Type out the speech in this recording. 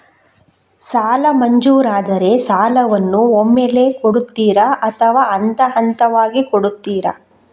ಸಾಲ ಮಂಜೂರಾದರೆ ಸಾಲವನ್ನು ಒಮ್ಮೆಲೇ ಕೊಡುತ್ತೀರಾ ಅಥವಾ ಹಂತಹಂತವಾಗಿ ಕೊಡುತ್ತೀರಾ?